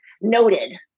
noted